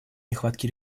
нехватки